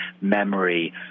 memory